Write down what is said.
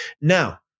Now